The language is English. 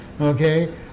Okay